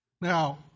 Now